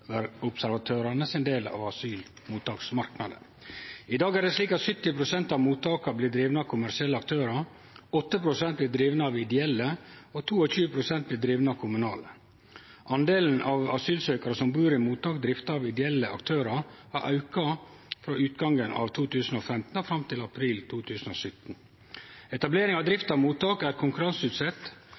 driftsoperatørane sin del av asylmottaksmarknaden. I dag er det slik at 70 pst. av mottaka blir drivne av kommersielle aktørar, 8 pst. blir drivne av ideelle, og 22 pst. blir drivne av kommunale. Delen av asylsøkjarar som bur i mottak drifta av ideelle aktørar, har auka frå utgangen av 2015 og fram til april 2017. Etablering og drift av mottak er konkurranseutsett.